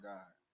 God